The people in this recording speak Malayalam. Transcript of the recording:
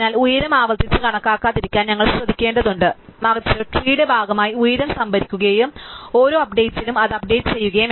അതിനാൽ ഉയരം ആവർത്തിച്ച് കണക്കാക്കാതിരിക്കാൻ ഞങ്ങൾ ശ്രദ്ധിക്കേണ്ടതുണ്ട് മറിച്ച് ട്രീടെ ഭാഗമായി ഉയരം സംഭരിക്കുകയും ഓരോ അപ്ഡേറ്റിലും അത് അപ്ഡേറ്റ് ചെയ്യുകയും വേണം